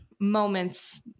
moments